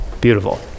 beautiful